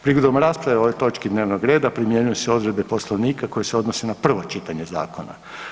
Prigodom rasprave o ovoj točki dnevnog reda primjenjuju se odredbe Poslovnika koje se odnose na prvo čitanje Zakona.